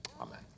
amen